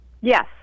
Yes